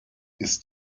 ist